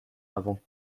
avant